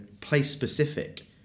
place-specific